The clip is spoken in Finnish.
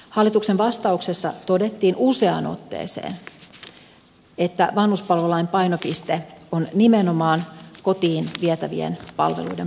hallituksen vastauksessa todettiin useaan otteeseen että vanhuspalvelulain painopiste on nimenomaan kotiin vietävien palveluiden puolella